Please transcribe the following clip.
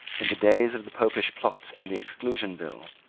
in the days of the popish plot and the exclusion bill,